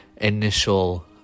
initial